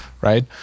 right